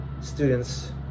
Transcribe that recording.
students